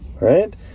right